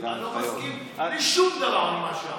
אני לא מסכים לשום דבר ממה שאמרת.